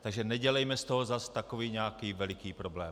Takže nedělejme z toho zas takový nějaký veliký problém.